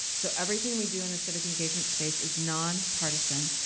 so everything we do in the civic engagement space is nonpartisan.